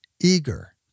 Eager